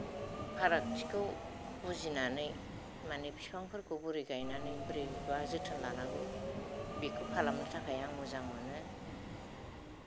फारागथिखौ बुजिनानै माने बिफांफोरखौ बोरै गायनानै बोरै बा जोथोन लानांगौ बेखौ खालामनो थाखाय आं मोजां मोनो